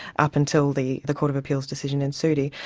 up until the the court of appeal's decision in sudi,